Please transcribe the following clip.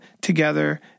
together